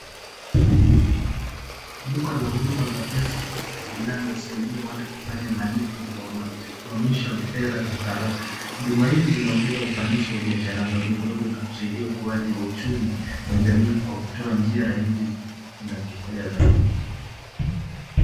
Duka la huduma za pesa, linalo saidia watu kufanya malipo na kuhamisha fedha kwa haraka, huduma hizi zinaongeza ufanisi wa biashara ndogo ndogo, na kusaidia ukuaji wa uchumi kwa jamii Kwa kutoa njia rahisi za kifedha.